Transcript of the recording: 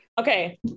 Okay